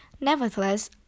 Nevertheless